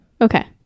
Okay